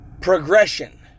progression